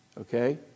Okay